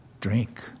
drink